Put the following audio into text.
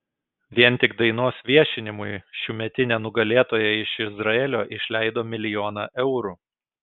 vien tik dainos viešinimui šiųmetinė nugalėtoja iš izraelio išleido milijoną eurų